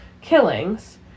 killings